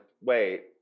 wait